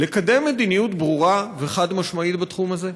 לקדם מדיניות ברורה וחד-משמעית בתחום הזה?